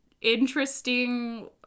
interesting